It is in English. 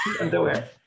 Underwear